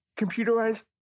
computerized